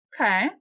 Okay